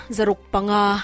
Zarukpanga